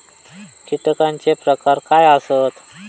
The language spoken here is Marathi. कीटकांचे प्रकार काय आसत?